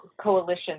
coalition